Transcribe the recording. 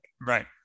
Right